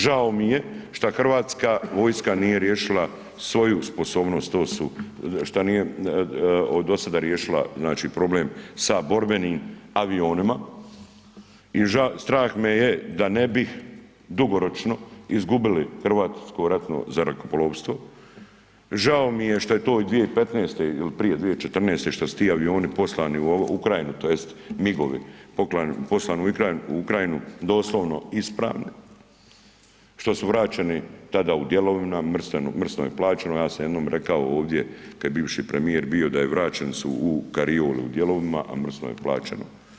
Žao mi je šta hrvatska vojska nije riješila svoju sposobnost, to su šta nije do sada riješila znači problem sa borbenim avionima i strah me je da ne bi dugoročno izgubili Hrvatsko ratno zrakoplovstvo, žao mi je šta je to 2015. ili prije 2014., šta su ti avioni poslani u Ukrajinu tj. MIG-ovi, poslani u Ukrajinu, doslovno ispravni, što su vraćeni tada u dijelovima, mrsno je plaćeno, ja sam jednom rekao ovdje kad je bivši premijer bio, da je vraćeni su u kariolu u dijelovima a mrsno je plaćeno.